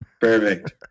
Perfect